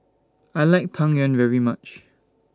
I like Tang Yuen very much